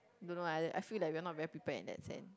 don't know lah I feel like we're not very prepared in that sense